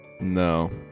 No